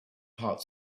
part